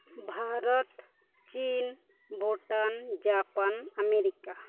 ᱵᱷᱟᱨᱚᱛ ᱪᱤᱱ Bhutan Japan America